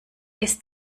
ist